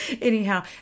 Anyhow